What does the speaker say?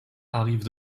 arrive